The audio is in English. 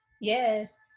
Yes